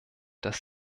dass